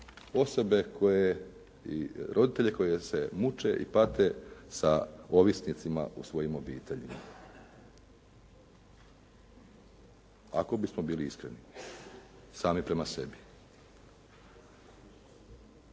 osobe koje i roditelje koji se muče i pate sa ovisnicima u svojim obiteljima, ako bismo bili iskreni sami prema sebi.